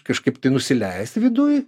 kažkaip nusileist viduj